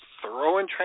throwing